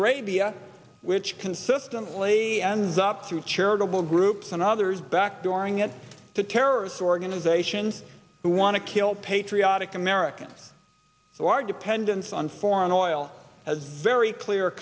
arabia which consistently ends up through charitable groups and others back dooring it to terrorist organizations who want to kill patriotic americans so our dependence on foreign oil has very clear